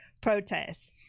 protests